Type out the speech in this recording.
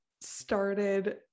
started